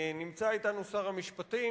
נמצא אתנו שר המשפטים,